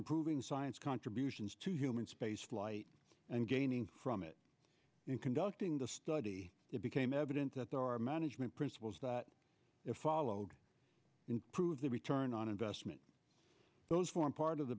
improving science contributions to human spaceflight and gaining from it in conducting the study it became evident that there are management principles that if followed improve the return on investment those form part of the